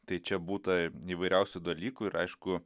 tai čia būta įvairiausių dalykų ir aišku